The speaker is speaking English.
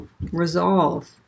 resolve